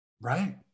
Right